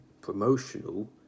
promotional